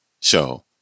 Show